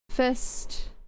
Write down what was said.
first